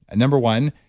number one,